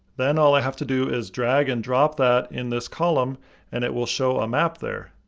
then all i have to do is drag and drop that in this column and it will show a map there.